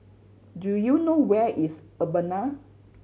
do you know where is Urbana